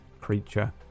creature